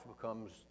becomes